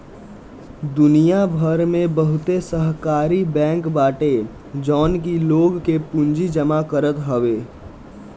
दुनिया भर में बहुते सहकारी बैंक बाटे जवन की लोग के पूंजी जमा करत हवे